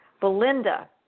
Belinda